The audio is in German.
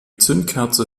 zündkerze